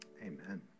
Amen